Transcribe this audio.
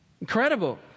Incredible